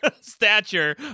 stature